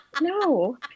No